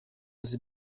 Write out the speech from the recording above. was